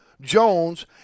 Jones